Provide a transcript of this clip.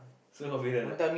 so confident ah